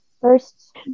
first